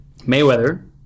Mayweather